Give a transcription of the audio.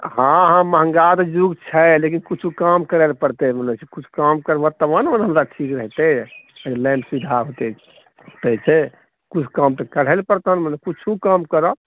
हँ हँ महँगा तऽ जुग छै लेकिन किछु कम करऽ लऽ पड़तै मने किछु कम करबऽ तबे नऽ हमरा ठीक रहतै लाइन सीधा हेतै किछु कम तऽ करहे ने पड़तै मने किछु कम करऽ